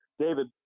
David